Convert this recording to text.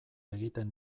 egiten